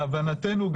להבנתנו,